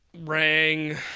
rang